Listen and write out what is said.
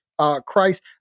christ